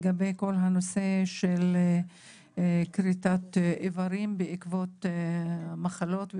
לגבי כל הנושא של כריתת איברים בעקבות מחלות: